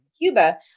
Cuba